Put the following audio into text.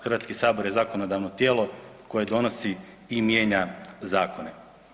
Hrvatski sabor je zakonodavno tijelo koje donosi i mijenja zakone.